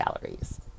galleries